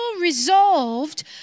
resolved